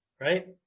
right